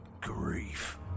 grief